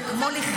כמו לחיות,